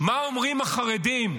מה אומרים החרדים?